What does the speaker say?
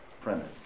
premise